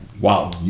Wow